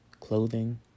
clothing